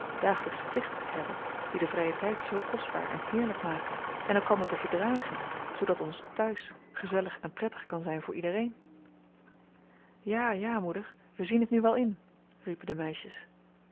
dagelijksche plichten te hebben die den vrijen tijd zoo kostbaar en heerlijk maken en elkander te verdragen zoodat ons thuis gezellig en prettig kan zijn voor iedereen ja ja moeder wij zien het nu wel in riepen de meisjes